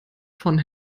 von